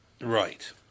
Right